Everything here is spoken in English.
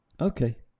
Okay